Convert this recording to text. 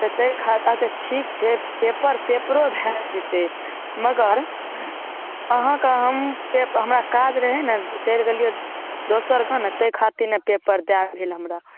तहि खातिर अच्छा ठीक छै पेपर पेपरो भए जेतै मगर अहाँकऽ हम हमरा काज रहै ने चलि गेलियै दोसर गाँव ने तहि खातिर नहि पेपर दै भेल हमरा